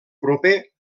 proper